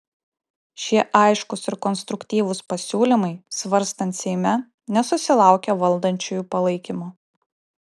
šie aiškūs ir konstruktyvūs pasiūlymai svarstant seime nesusilaukė valdančiųjų palaikymo